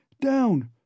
Down